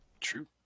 True